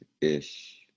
ish